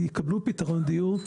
יקבלו פתרון דיור,